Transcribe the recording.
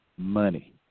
money